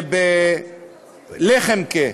שב"לחמק'ה"